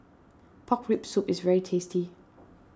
Pork Rib Soup is very tasty